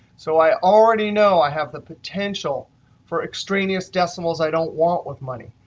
so i already know i have the potential for extraneous decimals i don't want with money.